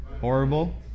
Horrible